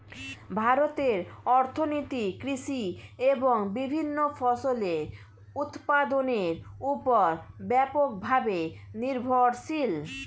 ভারতের অর্থনীতি কৃষি এবং বিভিন্ন ফসলের উৎপাদনের উপর ব্যাপকভাবে নির্ভরশীল